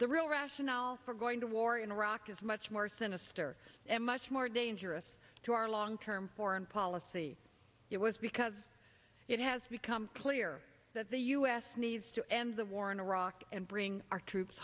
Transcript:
the real rationale for going to war in iraq is much more sinister and much more dangerous to our long term foreign policy it was because it has become clear that the us needs to end the war in iraq and bring our troops